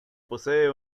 posee